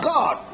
God